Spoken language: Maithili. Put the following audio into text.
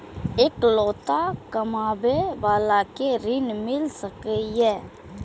इकलोता कमाबे बाला के ऋण मिल सके ये?